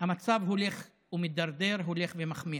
המצב הולך ומידרדר, הולך ומחמיר.